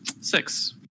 six